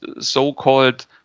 so-called